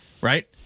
right